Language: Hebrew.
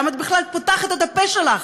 למה את בכלל פותחת את הפה שלך?